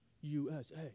USA